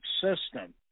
system